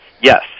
Yes